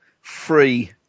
free